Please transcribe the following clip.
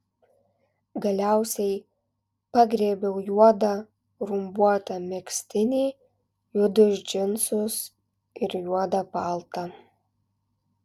galiausiai pagriebiau juodą rumbuotą megztinį juodus džinsus ir juodą paltą